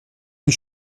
die